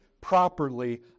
properly